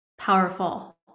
powerful